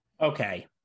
Okay